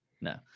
no